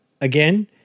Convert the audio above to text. Again